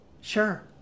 Sure